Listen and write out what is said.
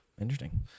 Interesting